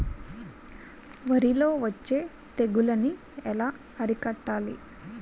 వరిలో వచ్చే తెగులని ఏలా అరికట్టాలి?